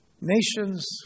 Nations